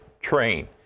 train